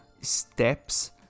steps